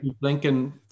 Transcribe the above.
Lincoln